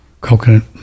coconut